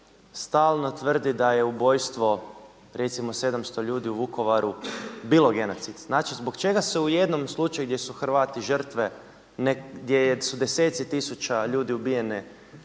stalno tvrdi da je ubojstvo recimo 700 ljudi u Vukovaru bilo genocid. Znači zbog čega se u jednom slučaju gdje su Hrvati žrtve, gdje su deseci tisuća ljudi ubijeno